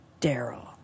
Daryl